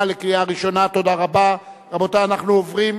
קבלת אדם לעבודה במוסד על-ידי מי שאינו עובד המוסד),